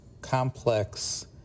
complex